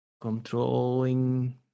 controlling